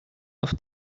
auf